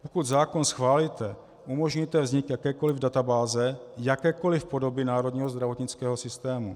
Pokud zákon schválíte, umožníte vznik jakékoliv databáze, jakékoliv podoby národního zdravotnického systému.